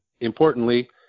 importantly